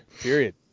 period